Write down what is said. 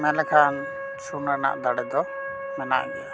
ᱢᱮᱱ ᱞᱮᱠᱷᱟᱱ ᱥᱩᱱ ᱨᱮᱱᱟᱜ ᱫᱟᱲᱮ ᱫᱚ ᱢᱮᱱᱟᱜ ᱜᱮᱭᱟ